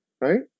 right